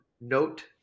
note